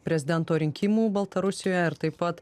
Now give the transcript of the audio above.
prezidento rinkimų baltarusijoje ir taip pat